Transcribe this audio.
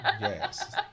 Yes